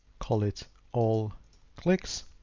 call it all clicks.